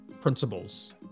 principles